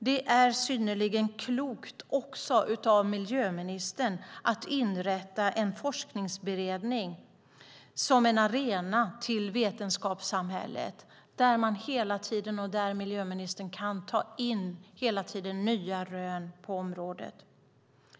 Det är synnerligen klokt av miljöministern att inrätta en forskningsberedning som en arena för vetenskapssamhället där man - och miljöministern - hela tiden kan ta in nya rön på området.